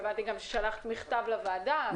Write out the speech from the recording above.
הבנתי שגם שלחת מכתב לוועדה,